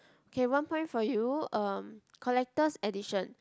okay one point for you uh collector's edition